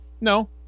No